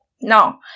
Now